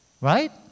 right